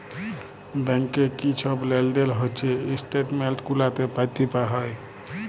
ব্যাংকে কি ছব লেলদেল হছে ইস্ট্যাটমেল্ট গুলাতে পাতে হ্যয়